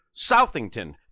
Southington